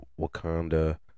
Wakanda